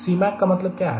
Cmac का मतलब क्या है